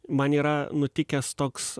man yra nutikęs toks